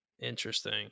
interesting